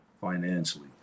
financially